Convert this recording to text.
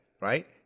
right